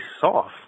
soft